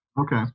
Okay